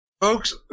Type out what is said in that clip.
Folks